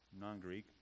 non-Greek